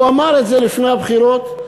הוא אמר את זה לפני הבחירות,